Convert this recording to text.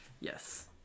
yes